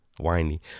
whiny